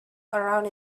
around